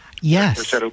Yes